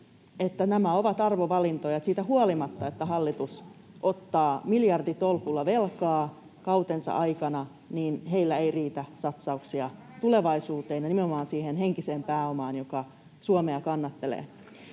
nämä ovat arvovalintoja, että siitä huolimatta, että hallitus ottaa miljarditolkulla velkaa kautensa aikana, heillä ei riitä satsauksia tulevaisuuteen ja nimenomaan siihen henkiseen pääomaan, joka Suomea kannattelee.